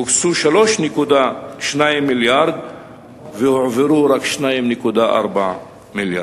שהוקצו 3.2 מיליארד שקלים והועברו רק 2.4 מיליארד.